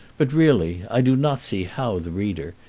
but, really, i do not see how the reader,